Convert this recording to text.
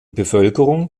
bevölkerung